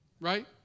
Right